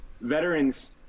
veterans